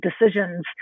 decisions